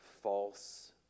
false